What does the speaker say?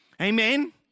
Amen